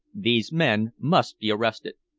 these men must be arrested.